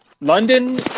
London